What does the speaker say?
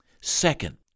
Second